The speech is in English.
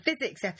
physics